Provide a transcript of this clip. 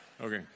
Okay